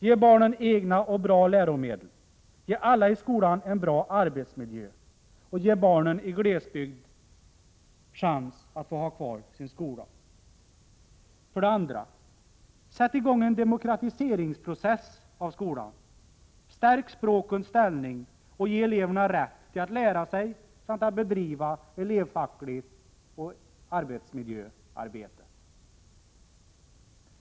Ge barnen egna och bra läromedel. Ge alla i skolan en bra arbetsmiljö. Ge barnen i glesbygd chans att få ha kvar sin skola. För det andra: Sätt i gång en demokratiseringsprocess i skolan. Stärk språkens ställning och ge eleverna rätt att lära sig samt bedriva elevfackligt arbete och arbetsmiljöarbete.